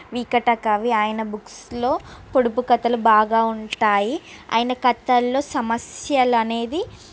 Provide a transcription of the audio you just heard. వికటకవి ఆయన బుక్స్లో పొడుపు కథలు బాగా ఉంటాయి ఆయన కథలలో సమస్యలు అనేది